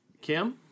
Kim